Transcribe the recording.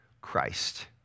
Christ